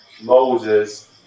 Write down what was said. Moses